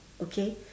okay